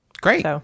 great